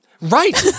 Right